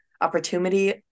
Opportunity